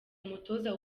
umutoza